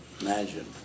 Imagine